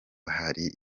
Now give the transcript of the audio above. hari